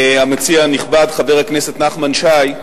המציע הנכבד חבר הכנסת נחמן שי,